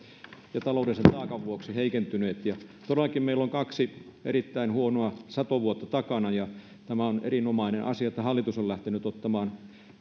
ja taloudellisen taakan vuoksi heikentynyt todellakin meillä on kaksi erittäin huonoa satovuotta takana ja on erinomainen asia että hallitus on lähtenyt ottamaan